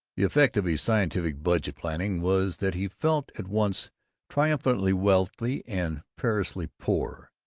the effect of his scientific budget-planning was that he felt at once triumphantly wealthy and perilously poor,